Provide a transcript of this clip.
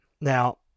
Now